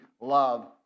love